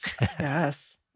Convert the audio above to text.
Yes